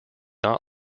not